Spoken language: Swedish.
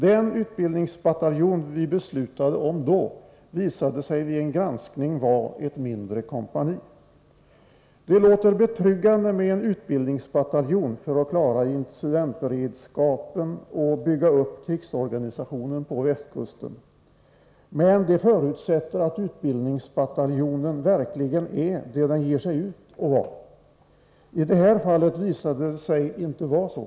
Den utbildningsbataljon vi beslutade om då visade sig vid en granskning vara ett mindre kompani. Det låter betryggande med en utbildningsbataljon för att klara incidentberedskapen och bygga upp krigsorganisationen på västkusten, men det förutsätter att utbildningsbataljonen verkligen är det den ger sig ut för att vara. I det här fallet visade det sig inte vara så.